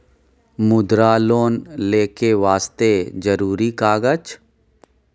मुद्रा लोन लेके वास्ते जरुरी कागज?